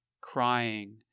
crying